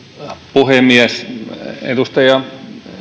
puhemies edustaja